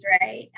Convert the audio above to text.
right